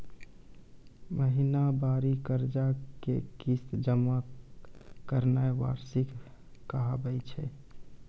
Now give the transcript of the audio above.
महिनबारी कर्जा के किस्त जमा करनाय वार्षिकी कहाबै छै